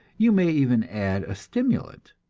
you may even add a stimulant.